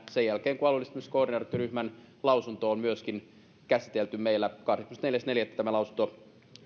sen jälkeen kun myöskin alueellistamisen koordinaatioryhmän lausunto on käsitelty meillä kahdeskymmenesneljäs neljättä tämä lausunto